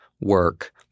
work